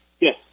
Yes